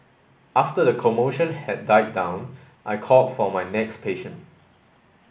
after the commotion had died down I called for my next patient